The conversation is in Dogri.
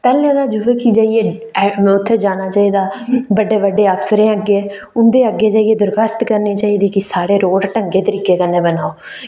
पैह्लें तां युवक गी जाइयै ऐ उत्थै जाना चाहिदा बड्डे बड्डे अफसरें अग्गें उं'दे अग्गें जाइयै दरखोआस्त करनी चाहिदी कि साढ़े रोड़ ढंगे तरीके कन्नै बनाओ की कि